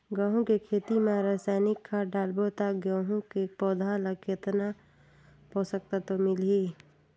गंहू के खेती मां रसायनिक खाद डालबो ता गंहू के पौधा ला कितन पोषक तत्व मिलही?